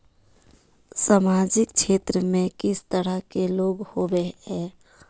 सामाजिक क्षेत्र में किस तरह के लोग हिये है?